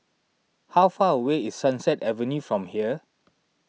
how far away is Sunset Avenue from here